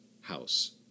house